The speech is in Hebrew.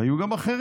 היו גם אחרים.